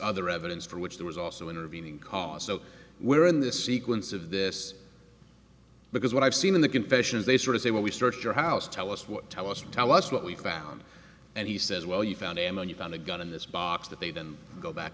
other evidence for which there was also intervening cause so where in the sequence of this because what i've seen in the confessions they sort of say when we searched your house tell us what tell us and tell us what we found and he says well you found em and you found a gun in this box that they didn't go back